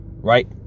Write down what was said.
right